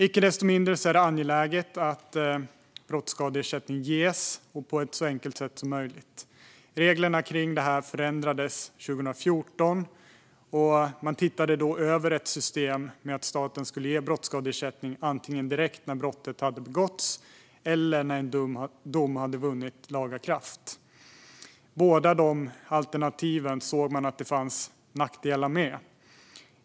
Icke desto mindre är det angeläget att brottsskadeersättning ges och att det görs på ett så enkelt sätt som möjligt. Reglerna för detta förändrades 2014. Man tittade då över systemet och behandlade frågan om att staten skulle ge brottsskadeersättning antingen direkt när brottet hade begåtts eller när en dom hade vunnit laga kraft. Båda de alternativen såg man att det fanns nackdelar med.